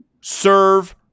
serve